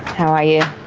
how are you?